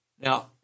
Now